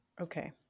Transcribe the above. Okay